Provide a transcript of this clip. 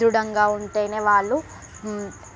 దృడంగా ఉంటేనే వాళ్ళు